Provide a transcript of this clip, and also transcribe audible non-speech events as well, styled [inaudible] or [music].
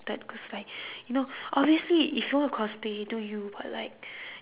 ~ted cause like [breath] you know obviously if you want to cosplay you do you but like